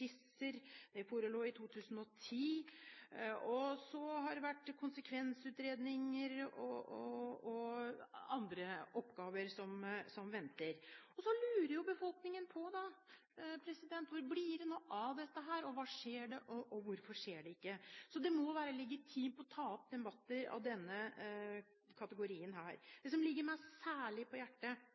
om de tre traseene gjennom Kolbotn når det gjelder Follobanen i 2006, Jernbaneverkets vedtak om konseptvalg for Follobanen kom i 2009, Norconsult har vært engasjert til å utarbeide konseptskisser, som forelå i 2012, og det har vært konsekvensutredninger og andre oppgaver som venter. Befolkningen lurer jo på hvor det nå blir av dette her, hva som skjer og hvorfor det ikke skjer. Det må være legitimt å ta opp debatter av denne